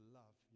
love